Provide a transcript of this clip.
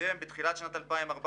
בתחילת שנת 2014,